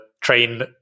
train